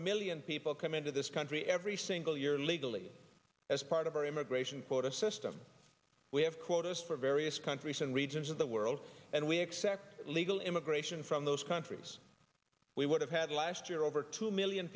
million people come into this country every single year legally as part of our immigration quotas system we have quotas for various countries and regions of the world and we expect legal immigration from those countries we would have had last year over two million